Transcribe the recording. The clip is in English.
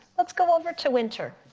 let's go over to winter.